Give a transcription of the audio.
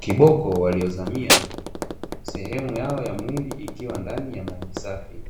Kiboko waliozamia; sehemu yao ya mwili ikiwa ndani ya maji safi,